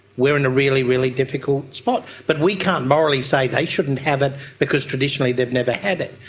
where in a really, really difficult spot. but we can't morally say they shouldn't have it because traditionally they've never had it.